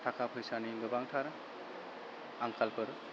थाखा फैसानि गोबांथार आंखालफोर